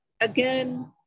again